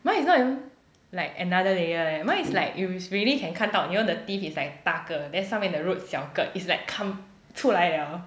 mine is not even like another layer leh mine is like is really can 看到 you know the teeth is like 很大个 then 上面的 root 小个 is like come 出来了